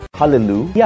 Hallelujah